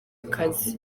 akazi